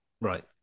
right